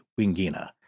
Wingina